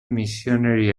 missionary